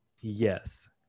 yes